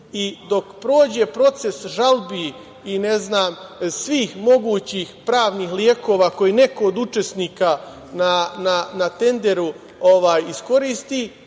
i dok prođe proces žalbi i svih mogućih pravnih lekova koje neko od učesnika na tenderu iskoristi,